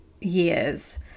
years